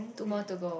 two more to go